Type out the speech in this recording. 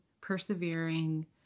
persevering